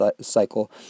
cycle